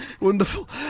Wonderful